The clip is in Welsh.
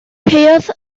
caeodd